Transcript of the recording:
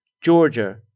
Georgia